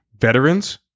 veterans